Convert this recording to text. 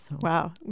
Wow